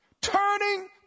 turning